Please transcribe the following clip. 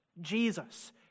Jesus